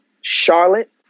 Charlotte